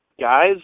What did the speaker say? guys